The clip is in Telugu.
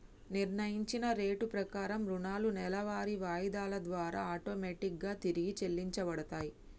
నిర్ణయించిన రేటు ప్రకారం రుణాలు నెలవారీ వాయిదాల ద్వారా ఆటోమేటిక్ గా తిరిగి చెల్లించబడతయ్